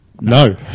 No